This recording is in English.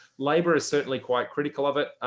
labor is certainly quite critical of it,